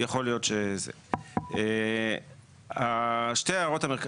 שתי ההערות,